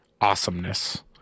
awesomeness